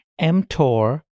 mTOR